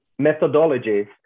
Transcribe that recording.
methodologies